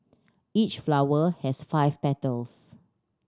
each flower has five petals